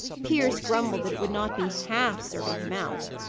pierce grumbled that it would not be half serving him out.